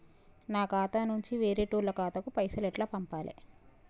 నా ఖాతా నుంచి వేరేటోళ్ల ఖాతాకు పైసలు ఎట్ల పంపాలే?